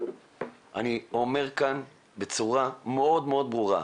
אני אומר כאן בצורה מאוד ברורה,